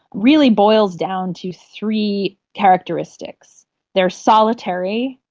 really boils down to three characteristics they are solitary,